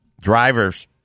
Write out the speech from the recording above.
driver's